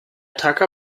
tacker